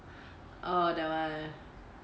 oh that one